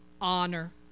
honor